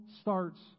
starts